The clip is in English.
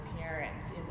parents